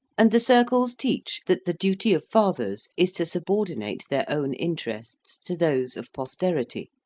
and the circles teach that the duty of fathers is to subordinate their own interests to those of posterity,